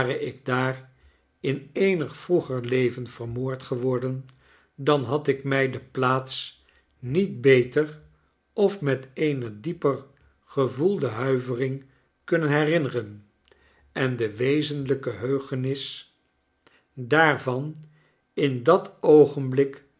ik daar in eenig vroeger leven vermoord geworden dan had ik mij de plaats niet beter of met eene dieper gevoelde huivering kunnen herinneren en de wezenlijke heugenis daarvan in dat oogenblik